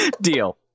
Deal